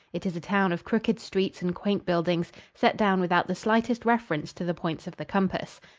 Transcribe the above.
it is a town of crooked streets and quaint buildings, set down without the slightest reference to the points of the compass.